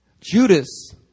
Judas